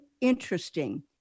interesting